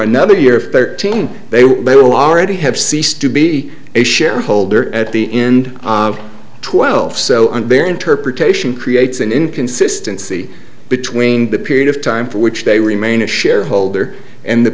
another year thirteen they will already have ceased to be a shareholder at the end of twelve so i'm very interpretation creates an inconsistency between the period of time for which they remain a shareholder and the